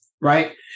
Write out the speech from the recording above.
right